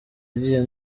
agiye